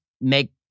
make